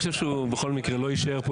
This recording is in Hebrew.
ממש לא.